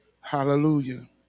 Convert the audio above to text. hallelujah